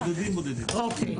בודדים לא מגיעים לוועדת שחרורים.